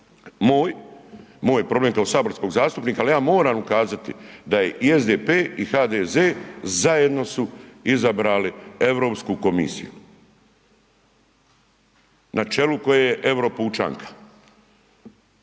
moj problem kao saborskog zastupnika, ali ja moram ukazati da je i SDP i HDZ zajedno su izabrali Europsku komisiju, na čelu koje je euro pučanka.